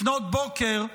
לפנות בוקר,